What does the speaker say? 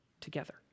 together